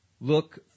look